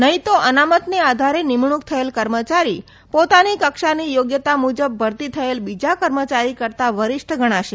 નહી તો અનામતને આધારે નિમણુંક થયેલ કર્મચારી પોતાની કક્ષાની યોગ્યતા મુજબ ભરતી થયેલ બીજા કર્મચારી કરતા વરીષ્ઠ ગણાશે